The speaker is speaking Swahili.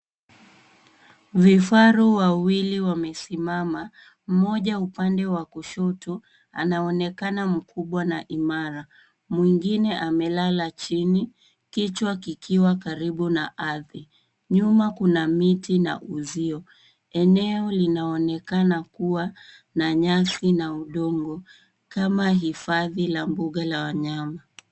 Vifaru wawili wamesimama. Mmoja upande wa kushoto anaonekana mkubwa na imara. Mwingine amelala chini kichwa kikiwa karibu na ardhi. Nyuma kuna miti na uzio. Eneo linaonekana kuwa na nyasi na udongo kama hifadhi la mbuga ya wanyama.